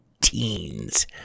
teens